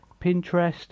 Pinterest